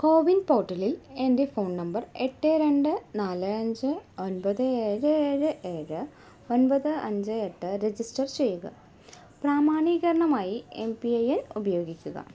കോവിൻ പോർട്ടലിൽ എൻ്റെ phone number എട്ട് രണ്ട് നാല് അഞ്ച് ഒൻപത് ഏഴ് ഏഴ് ഏഴ് ഒൻപത് അഞ്ച് എട്ട് രജിസ്റ്റർ ചെയ്യുക പ്രാമാണീകരണമായി എം പി ഐ എൻ ഉപയോഗിക്കുക